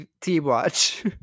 T-Watch